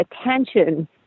attention